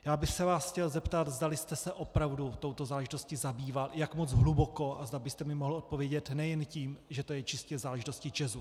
Chtěl bych se vás zeptat, zdali jste se opravdu touto záležitostí zabýval, jak moc hluboko a zda byste mi mohl odpovědět nejen tím, že je to čistě záležitostí ČEZu.